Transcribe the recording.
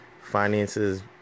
Finances